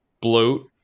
bloat